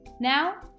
Now